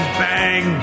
bang